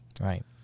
Right